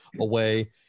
away